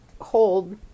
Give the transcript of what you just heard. hold